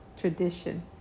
tradition